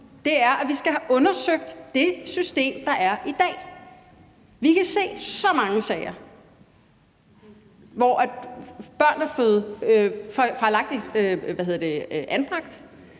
nu, er, at vi skal have undersøgt det system, der er i dag. Vi kan se så mange sager, hvor børn er blevet fejlagtigt anbragt.